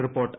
report